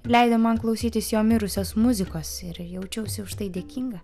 leido man klausytis jo mirusios muzikos ir jaučiausi už tai dėkinga